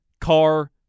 car